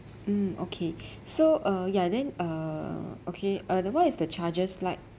mm okay so uh ya then uh okay uh what is the charges like